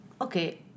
okay